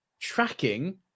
tracking